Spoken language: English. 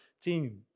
team